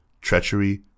treachery